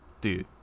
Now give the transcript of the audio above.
Dude